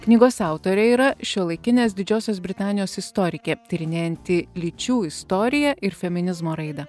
knygos autorė yra šiuolaikinės didžiosios britanijos istorikė tyrinėjanti lyčių istoriją ir feminizmo raidą